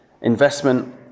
Investment